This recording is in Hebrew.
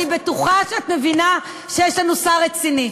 אני בטוחה שאת מבינה שיש לנו שר רציני.